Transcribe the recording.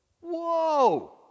Whoa